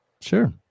Sure